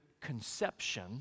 conception